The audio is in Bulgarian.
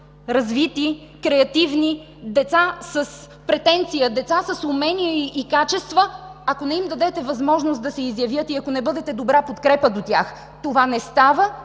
развити, креативни деца, с претенции, деца с умения и качества, ако не им дадете възможност да се изявят и ако не бъдете добра подкрепа до тях. Това не става